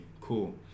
Cool